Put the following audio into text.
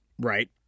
Right